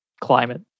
climate